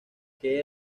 que